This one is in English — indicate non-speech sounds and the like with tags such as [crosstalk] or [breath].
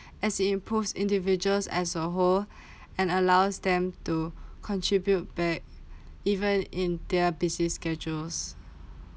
[breath] as it impose individual as a whole [breath] and allows them to contribute back [breath] even in their busy schedules